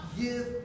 give